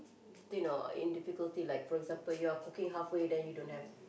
you know in difficulty like for example you are cooking halfway then you don't have